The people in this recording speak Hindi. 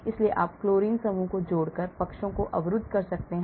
इसलिए आप फ्लोरीन समूह को जोड़कर पक्षों को अवरुद्ध कर सकते हैं